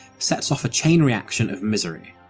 sets off a chain reaction of misery,